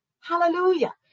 Hallelujah